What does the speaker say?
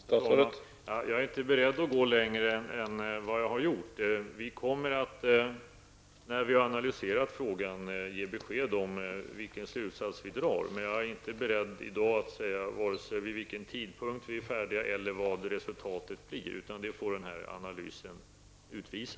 Herr talman! Jag är inte beredd att gå längre än vad jag har gjort. Vi kommer, när vi har analyserat frågan, att ge besked om vilken slutsats vi drar. Men jag är inte i dag beredd att säga vare sig vid vilken tidpunkt vi blir färdiga eller vad resultatet blir. Det får analysen utvisa.